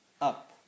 up